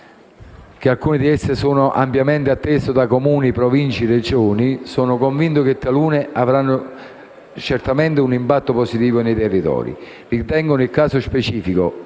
che alcune di esse sono ampiamente attese dai Comuni, Province e Regioni, sono convinto che talune avranno certamente un impatto positivo nei territori. Ritengo che, nel caso specifico,